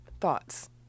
Thoughts